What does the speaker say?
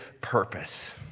purpose